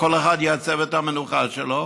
כל אחד יעצב את המנוחה שלו,